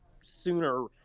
sooner